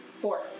Four